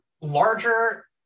larger